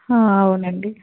అవునండి